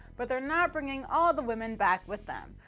but they're not bringing all the women back with them.